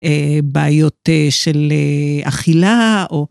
אה, בעיות אה... של אה... אכילה, או...